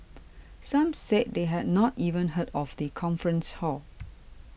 some said they had not even heard of the conference hall